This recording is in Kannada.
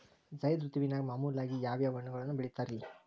ಝೈದ್ ಋತುವಿನಾಗ ಮಾಮೂಲಾಗಿ ಯಾವ್ಯಾವ ಹಣ್ಣುಗಳನ್ನ ಬೆಳಿತಾರ ರೇ?